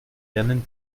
lernen